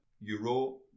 euro